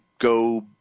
go